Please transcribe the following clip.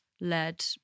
led